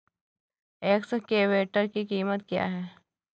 Excavator की कीमत क्या है?